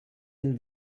den